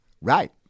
Right